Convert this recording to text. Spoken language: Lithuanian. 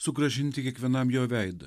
sugrąžinti kiekvienam jo veidą